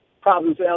problems